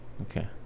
okay